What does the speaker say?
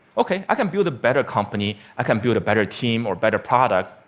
ok, i can build a better company. i can build a better team or better product,